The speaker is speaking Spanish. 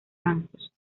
francos